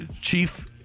chief